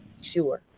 sure